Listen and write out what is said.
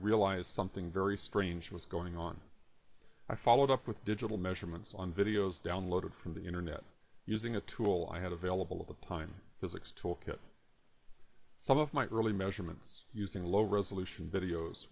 realized something very strange was going on i followed up with digital measurements on videos downloaded from the internet using a tool i had available of the time physics talk of some of my early measurements using low resolution videos